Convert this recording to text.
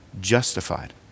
justified